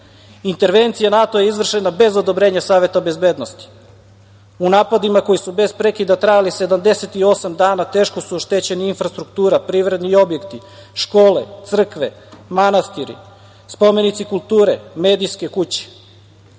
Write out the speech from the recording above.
Intervencija NATO je izvršena bez odobrenja SB, u napadima koji su bez prekida trajali 78 dana, teško je oštećena infrastruktura, privredni objekti, škole, crkve, manastiri, spomenici kulture, medijske kuće. Ne